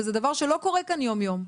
וזה דבר שלא קורה כאן יום יום.